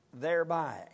thereby